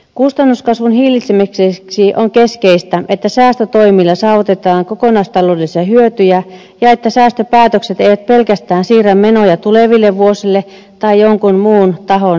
kustannuskasvun hillitsemiseksi on keskeistä että säästötoimilla saavutetaan kokonaistaloudellisia hyötyjä ja että säästöpäätökset eivät pelkästään siirrä menoja tuleville vuosille tai jonkun muun tahon maksettavaksi